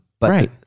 Right